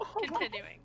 continuing